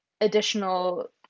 additional